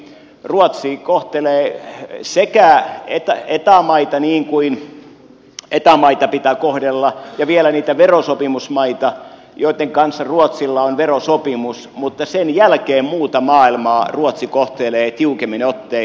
ruotsi kohtelee höllemmin sekä eta maita niin kuin eta maita pitää kohdella että vielä niitä verosopimusmaita joitten kanssa ruotsilla on verosopimus mutta sen jälkeen muuta maailmaa ruotsi kohtelee tiukemmin ottein